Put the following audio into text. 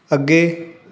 ਅੱਗੇ